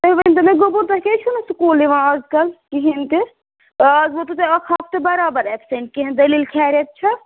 تُہۍ ؤنۍتو مےٚ گوٚبُر تۄہہِ کیٛازِ چھُو نہٕ سکوٗل یِوان آز کَل کِہیٖنۍ تہِ آز ووتُو تۄہہِ اَکھ ہفتہٕ برابر اٮ۪پسٮ۪نٛٹ کیٚنٛہہ دٔلیٖل خیریَت چھا